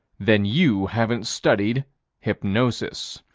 then you haven't studied hypnosis.